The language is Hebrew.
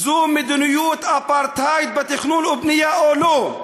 זו מדיניות אפרטהייד בתכנון ובנייה או לא?